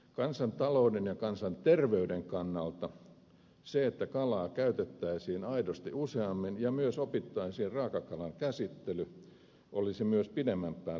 kansantalouden ja kansanterveyden kannalta se että kalaa käytettäisiin aidosti useammin ja myös opittaisiin raakakalan käsittely olisi myös pidemmän päälle tervetullutta